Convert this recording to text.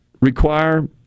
require